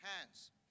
hands